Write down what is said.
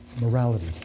morality